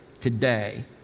today